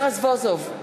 יואל רזבוזוב,